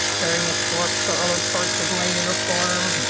comparing the swatch to other parts of my uniform,